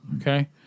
Okay